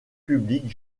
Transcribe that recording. publique